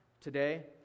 today